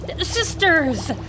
sisters